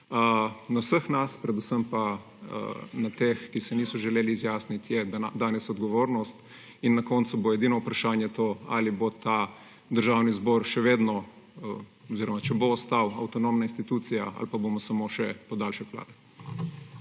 Na vseh nas, predvsem pa na teh, ki se niso želeli izjasniti, je danes odgovornost. Na koncu bo edino vprašanje to, ali bo Državni zbor še vedno oziroma če bo ostal avtonomna institucija ali pa bomo samo še podaljšek vlade.